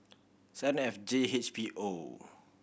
seven F J H P O